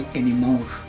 anymore